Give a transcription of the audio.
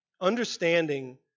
Understanding